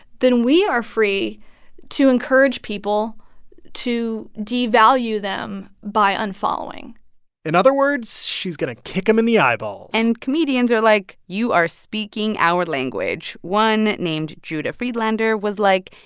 then we are free to encourage people to devalue them by unfollowing in other words, words, she's going to kick them in the eyeballs and comedians are like, you are speaking our language. one, named judah friedlander, was like,